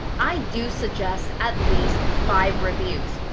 i do suggest at least five reviews.